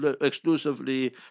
exclusively